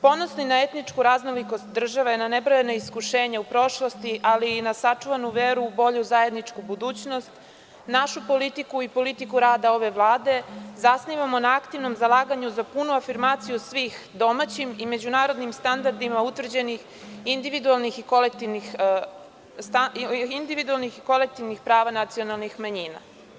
Ponosni na etničku raznolikost države, na nebrojana iskušenja u prošlosti, ali i na sačuvanu veru u bolju zajedničku budućnost, našu politiku i politiku rada ove Vlade zasnivamo na aktivnom zalaganju za punu afirmaciju svih, domaćim i međunarodnim standardima utvrđenih, individualnih i kolektivnih prava nacionalnih manjina.